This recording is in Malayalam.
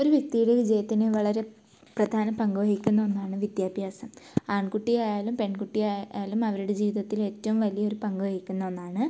ഒരു വ്യക്തിയുടെ വിജയത്തിന് വളരെ പ്രധാന പങ്ക് വഹിക്കുന്ന ഒന്നാണ് വിദ്യാഭ്യാസം ആൺകുട്ടി ആയാലും പെൺകുട്ടി ആയാലും അവരുടെ ജീവിതത്തിലെ ഏറ്റോം വലിയൊരു പങ്ക് വഹിക്കുന്ന ഒന്നാണ്